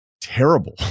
terrible